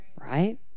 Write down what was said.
Right